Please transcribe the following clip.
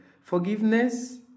Forgiveness